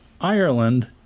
Ireland